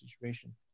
situation